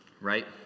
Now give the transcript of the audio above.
right